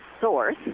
source